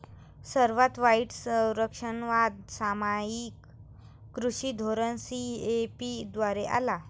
सर्वात वाईट संरक्षणवाद सामायिक कृषी धोरण सी.ए.पी द्वारे आला